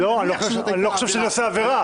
אז מאז זרמו הרבה-הרבה מים גם בירדן,